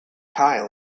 kyle